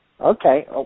Okay